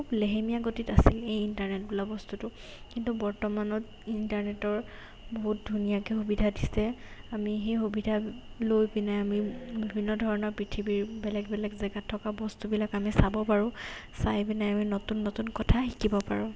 খুব লেহেমীয়া গতিত আছিল এই ইণ্টাৰনেট বোলা বস্তুটো কিন্তু বৰ্তমানত ইণ্টাৰনেটৰ বহুত ধুনীয়াকৈ সুবিধা দিছে আমি সেই সুবিধা লৈ পিনে আমি বিভিন্ন ধৰণৰ পৃথিৱীৰ বেলেগ বেলেগ জেগাত থকা বস্তুবিলাক আমি চাব পাৰোঁ চাই পিনে আমি নতুন নতুন কথা শিকিব পাৰোঁ